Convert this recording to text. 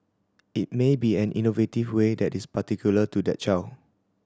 it may be an innovative way that is particular to that child